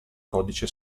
codice